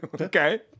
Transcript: Okay